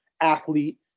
athlete